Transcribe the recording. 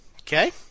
Okay